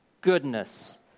goodness